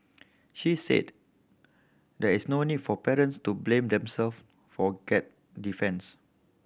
she said there is no need for parents to blame themself for get defence